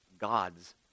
God's